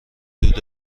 دود